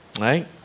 right